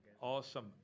Awesome